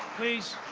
please